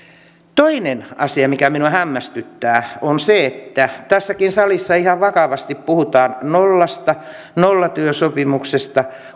toinen asia mikä minua hämmästyttää on se että tässäkin salissa ihan vakavasti puhutaan nollasta nollatyösopimuksesta